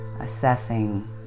assessing